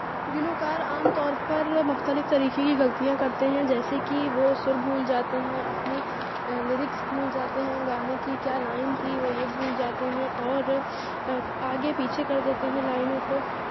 گلوکار عام طور پر مختلف طریقے کی غلطیاں کرتے ہیں جیسے کہ وہ سُر بھول جاتے ہیں اپنی لرکس بھول جاتے ہیں گانے کی کیا لائن تھی وہ یہ بھول جاتے ہیں اور آگے پیچھے کر دیتے ہیں لائنوں کو